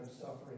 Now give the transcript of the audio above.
suffering